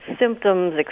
symptoms